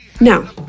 Now